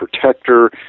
protector